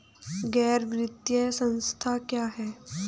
गैर वित्तीय संस्था क्या है?